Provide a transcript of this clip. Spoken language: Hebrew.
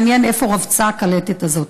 מעניין איפה רבצה הקלטת הזאת,